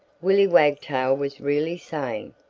willy wagtail was really saying,